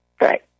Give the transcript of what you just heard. Right